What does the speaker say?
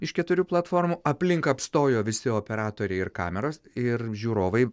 iš keturių platformų aplink apstojo visi operatoriai ir kameros ir žiūrovai